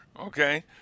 okay